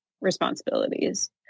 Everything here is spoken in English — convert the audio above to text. responsibilities